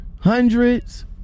hundreds